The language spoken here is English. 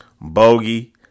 Bogey